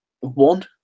one